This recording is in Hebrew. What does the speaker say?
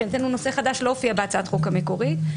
זה נושא חדש שלא הופיע בהצעת החוק המקורית.